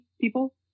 people